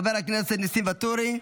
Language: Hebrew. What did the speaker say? חבר הכנסת ניסים ואטורי,